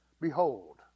Behold